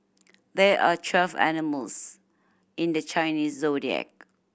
there are twelve animals in the Chinese Zodiac